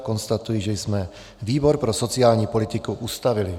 Konstatuji, že jsme výbor pro sociální politiku ustavili.